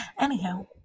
Anyhow